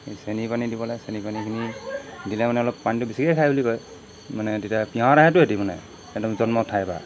এই চেনি পানী দিব লাগে চেনি পানীখিনি দিলে মানে অলপ পানীটো বেছিকৈ খাই বুলি কয় মানে তেতিয়া পিয়াহত আহেটো সিহঁতি মানে একদম জন্ম ঠাইৰপৰা